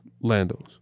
Lando's